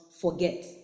forget